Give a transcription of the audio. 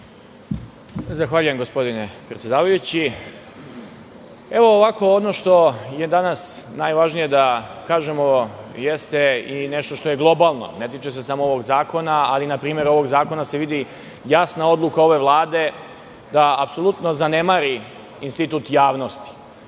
Zahvaljujem, gospodine predsedavajući. Ono što je danas najvažnije da kažemo jeste i nešto što je globalno, ne tiče se samo ovog zakona, ali iz ovog zakona se vidi jasna odluka ove Vlade da apsolutno zanemari institut javnosti.